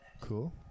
Cool